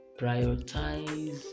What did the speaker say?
Prioritize